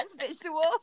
visual